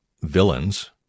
villains